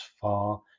far